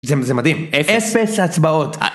זה מדהים, אפס הצבעות